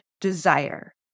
desire